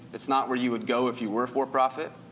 it's not where you would go if you were for profit.